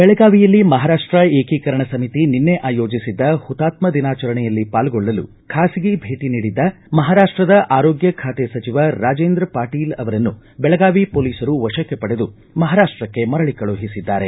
ಬೆಳಗಾವಿಯಲ್ಲಿ ಮಹಾರಾಷ್ಟ ಏಕೀಕರಣ ಸಮಿತಿ ನಿನ್ನೆ ಆಯೋಜಿಸಿದ್ದ ಹುತಾತ್ನ ದಿನಾಚರಣೆಯಲ್ಲಿ ಪಾಲ್ಗೊಳ್ಳಲು ಖಾಸಗಿ ಭೇಟ ನೀಡಿದ್ದ ಮಹಾರಾಷ್ಟದ ಆರೋಗ್ಯ ಖಾತೆ ಸಚಿವ ರಾಜೇಂದ್ರ ಪಾಟೀಲ ಅವರನ್ನು ಬೆಳಗಾವಿ ಹೊಲೀಸರು ವಶಕ್ಕೆ ಪಡೆದು ಮಹಾರಾಷ್ಟಕ್ಕೆ ಮರಳಿ ಕಳುಹಿಸಿದ್ದಾರೆ